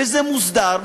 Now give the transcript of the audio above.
וזה מוסדר,